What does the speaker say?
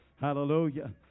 Hallelujah